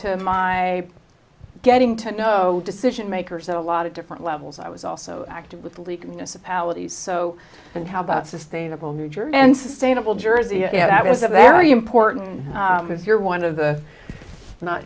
to my getting to know decision makers a lot of different levels i was also active with league municipalities so and how about sustainable new jersey and sustainable jersey yeah that is a very important if you're one of the not